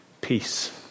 peace